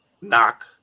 knock